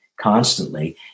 constantly